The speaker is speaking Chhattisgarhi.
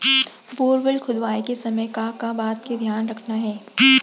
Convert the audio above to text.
बोरवेल खोदवाए के समय का का बात के धियान रखना हे?